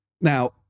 now